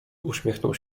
uśmiechnął